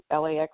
LAX